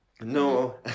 No